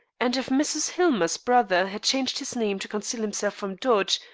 and if mrs. hillmer's brother had changed his name to conceal himself from dodge,